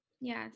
yes